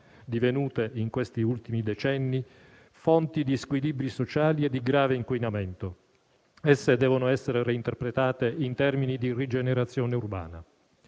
divenute negli ultimi decenni fonti di squilibri sociali e di grave inquinamento. Esse devono essere reinterpretate in termini di rigenerazione urbana.